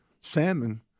salmon